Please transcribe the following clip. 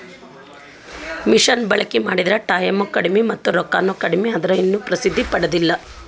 ಮಿಷನ ಬಳಕಿ ಮಾಡಿದ್ರ ಟಾಯಮ್ ಕಡಮಿ ಮತ್ತ ರೊಕ್ಕಾನು ಕಡಮಿ ಆದ್ರ ಇನ್ನು ಪ್ರಸಿದ್ದಿ ಪಡದಿಲ್ಲಾ